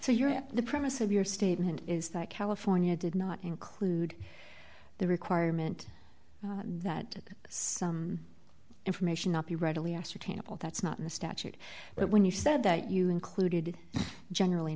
so you're the premise of your statement is that california did not include the requirement that some information not be readily ascertainable that's not in the statute but when you said that you included generally